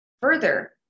further